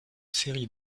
série